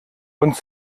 und